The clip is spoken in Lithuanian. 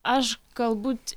aš galbūt